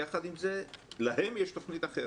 יחד עם זה יש להם תוכנית אחרת,